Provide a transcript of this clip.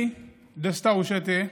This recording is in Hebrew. אני דסטאו אשטיה,